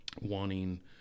wanting